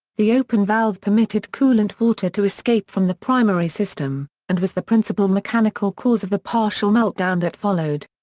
the open valve permitted coolant water to escape from the primary system, and was the principal mechanical cause of the partial meltdown that followed.